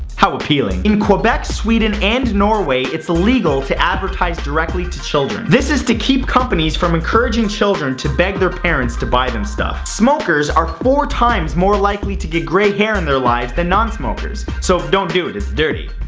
how appealing. in quebec, sweden and norway, it's illegal to advertise directly to children. this is to keep companies from encouraging children to beg their parents to but them stuff. smokers are four times more likely get gray hair in their lives than non-smokers. so, don't do it, it's dirty.